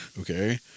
okay